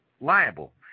liable